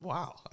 Wow